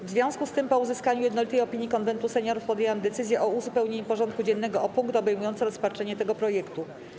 W związku z tym, po uzyskaniu jednolitej opinii Konwentu Seniorów, podjęłam decyzję o uzupełnieniu porządku dziennego o punkt obejmujący rozpatrzenie tego projektu.